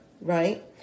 right